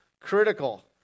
critical